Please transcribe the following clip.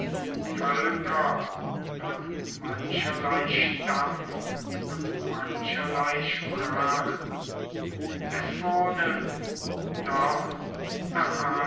völker von mancherlei stamm und mancherlei sprachen es wohnen dort